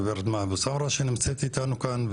הגברת מהא אבו סמרה שנמצאת איתנו כאן,